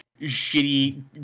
shitty